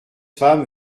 femme